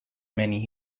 many